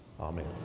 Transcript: amen